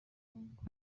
muhango